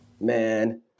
Man